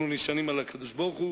אנחנו נשענים על הקדוש-ברוך-הוא,